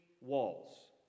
walls